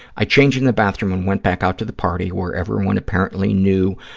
i changed in the bathroom and went back out to the party, where everyone apparently knew,